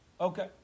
Okay